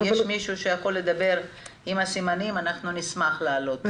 אם יש מישהו שיכול לדבר עם הסימנים אנחנו נשמח להעלות אותו.